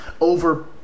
over-